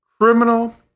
criminal